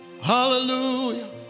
Hallelujah